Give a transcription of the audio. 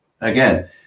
again